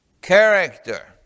Character